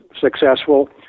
successful